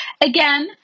Again